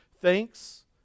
thanks